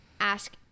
ask